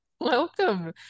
welcome